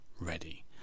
ready